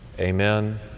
Amen